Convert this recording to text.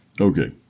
Okay